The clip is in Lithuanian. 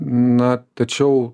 na tačiau